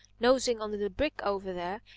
nosing under the brick over there,